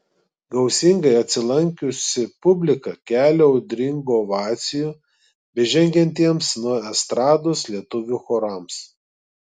gausingai atsilankiusi publika kelia audringų ovacijų bežengiantiems nuo estrados lietuvių chorams